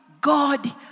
God